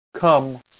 Come